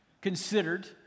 considered